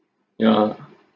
ya